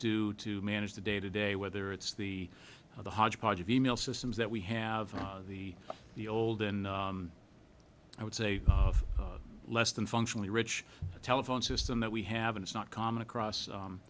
do to manage the day to day whether it's the the hodgepodge of e mail systems that we have the old and i would say less than functionally rich telephone system that we haven't it's not common across